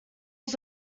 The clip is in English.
was